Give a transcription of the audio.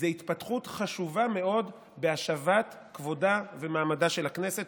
זו התפתחות חשובה מאוד בהשבת כבודה ומעמדה של הכנסת.